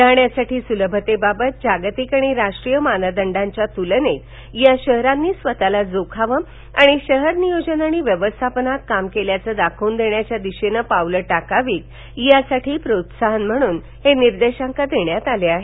राहण्यासाठी सुलभतेबाबत जागतिक आणि राष्ट्रीय मानदंडांच्या तूलनेत या शहरांनी स्वतःला जोखावं आणि शहर नियोजन आणि व्यवस्थापनात काम केल्याचं दाखवून देण्याच्या दिशेनं पावलं टाकावीत यासाठी प्रोत्साहन म्हणून हे निर्देशांक देण्यात आले आहेत